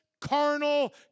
carnal